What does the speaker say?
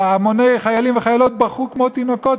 המוני חיילים וחיילות בכו כמו תינוקות,